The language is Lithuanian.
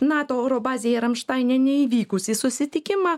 nato oro bazėje ramštaine neįvykusį susitikimą